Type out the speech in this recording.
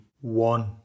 one